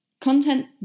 content